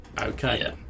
okay